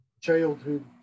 childhood